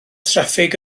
traffig